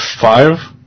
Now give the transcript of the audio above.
Five